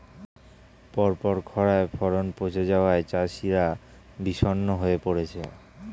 পরপর খড়ায় ফলন পচে যাওয়ায় চাষিরা বিষণ্ণ হয়ে পরেছে